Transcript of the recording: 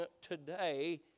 today